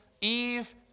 Eve